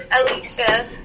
Alicia